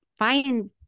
Find